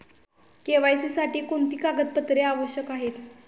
KYC साठी कोणती कागदपत्रे आवश्यक आहेत?